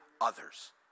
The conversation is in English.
others